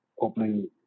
opening